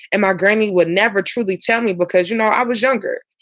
and my granny would never truly tell me because, you know, i was younger.